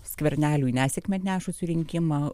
skverneliui nesėkmę atnešusių rinkimų